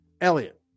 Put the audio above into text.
Elliot